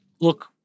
Look